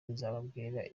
nzababwira